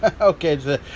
okay